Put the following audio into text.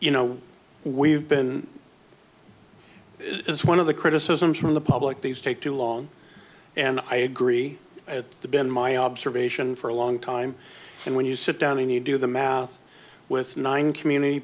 you know we've been is one of the criticisms from the public these take too long and i agree it's been my observation for a long time and when you sit down and you do the math with nine community